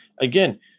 again